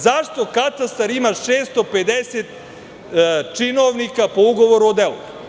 Zašto katastar ima 650 činovnika po ugovoru o delu?